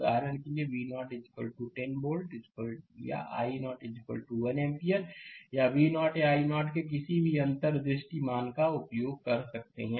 उदाहरण के लिए V0 10 वोल्ट या i0 1 एम्पीयर या V0 या i0 के किसी भी अनिर्दिष्ट मान का उपयोग कर सकते हैं